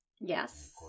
Yes